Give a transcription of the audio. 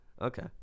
Okay